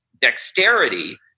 dexterity